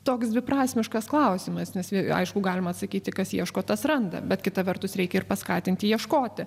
toks dviprasmiškas klausimas nes aišku galima atsakyti kas ieško tas randa bet kita vertus reikia ir paskatinti ieškoti